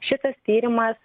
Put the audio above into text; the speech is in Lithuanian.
šitas tyrimas